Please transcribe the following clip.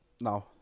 No